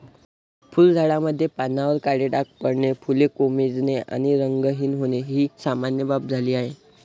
फुलझाडांमध्ये पानांवर काळे डाग पडणे, फुले कोमेजणे आणि रंगहीन होणे ही सामान्य बाब झाली आहे